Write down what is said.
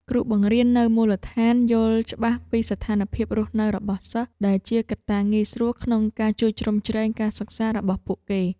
គ្រូបង្រៀននៅមូលដ្ឋានយល់ច្បាស់ពីស្ថានភាពរស់នៅរបស់សិស្ស ដែលជាកត្តាងាយស្រួលក្នុងការជួយជ្រោមជ្រែងការសិក្សារបស់ពួកគេ។